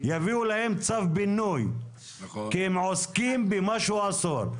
יביאו להם צו פינוי כי הם עוסקים במשהו אסור,